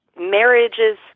Marriages